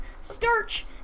starch